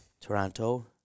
Toronto